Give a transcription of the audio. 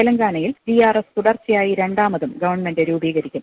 തെലങ്കാനയിൽ ടിആർഎസ് തുടർച്ചയായി രണ്ടാമതും ഗവൺമെന്റ് രൂപീകരിക്കും